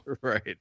Right